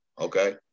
okay